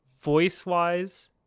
voice-wise